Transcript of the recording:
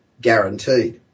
guaranteed